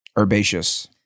herbaceous